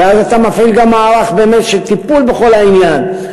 ואז אתה מפעיל מערך של טיפול בכל העניין.